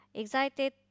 excited